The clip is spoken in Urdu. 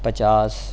پچاس